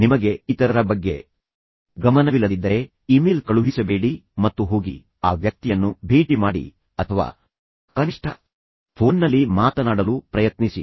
ನಿಮಗೆ ಇತರರ ಬಗ್ಗೆ ಗಮನವಿಲ್ಲದಿದ್ದರೆ ಇಮೇಲ್ ಕಳುಹಿಸಬೇಡಿ ಮತ್ತು ಹೋಗಿ ಆ ವ್ಯಕ್ತಿಯನ್ನು ಭೇಟಿ ಮಾಡಿ ಅಥವಾ ಕನಿಷ್ಠ ಫೋನ್ನಲ್ಲಿ ಮಾತನಾಡಲು ಪ್ರಯತ್ನಿಸಿ